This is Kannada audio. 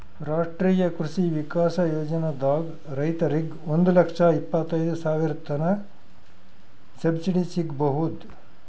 ರಾಷ್ಟ್ರೀಯ ಕೃಷಿ ವಿಕಾಸ್ ಯೋಜನಾದಾಗ್ ರೈತರಿಗ್ ಒಂದ್ ಲಕ್ಷ ಇಪ್ಪತೈದ್ ಸಾವಿರತನ್ ಸಬ್ಸಿಡಿ ಸಿಗ್ಬಹುದ್